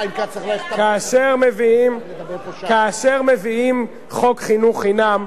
כאשר מביאים, כאשר מביאים חוק חינוך חינם,